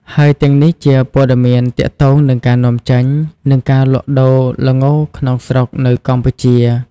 ហើយទាំងនេះជាព័ត៌មានទាក់ទងនឹងការនាំចេញ និងការលក់ដូរល្ងក្នុងស្រុកនៅកម្ពុជា។